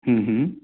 ਹਮ ਹਮ